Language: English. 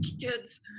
kids